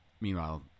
Meanwhile